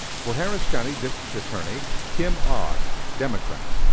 for harris county district attorney, kim ogg, democrat.